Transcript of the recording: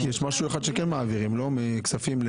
במקום "העבודה והרווחה" יבוא "הבריאות";